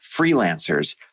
freelancers